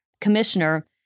commissioner